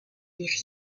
les